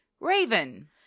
Raven